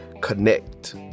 connect